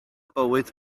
bywyd